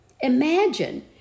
Imagine